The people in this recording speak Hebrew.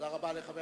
תודה רבה לחבר